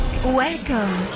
Welcome